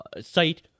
site